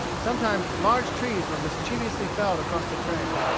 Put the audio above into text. sometimes large trees were mischievously felled across the trail.